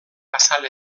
azal